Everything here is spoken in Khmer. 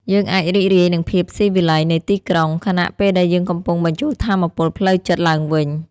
យើងអាចរីករាយនឹងភាពស៊ីវិល័យនៃទីក្រុង ខណៈពេលដែលយើងកំពុងបញ្ចូលថាមពលផ្លូវចិត្តឡើងវិញ។